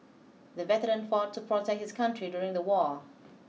the veteran fought to protect his country during the war